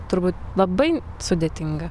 turbūt labai sudėtinga